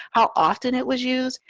how often it was us.